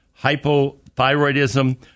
hypothyroidism